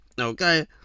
Okay